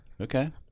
Okay